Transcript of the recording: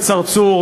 חבר הכנסת צרצור,